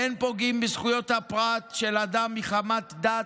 אין פוגעים בזכויות הפרט של אדם מחמת דת,